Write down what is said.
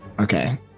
Okay